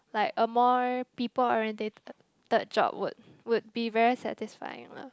like a more people oriented job would would be very satisfying lah